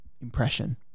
impression